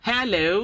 Hello